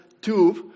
tube